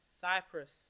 Cyprus